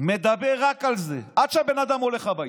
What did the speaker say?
ומדבר רק על זה, עד שהבן אדם הולך הביתה.